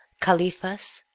calyphas,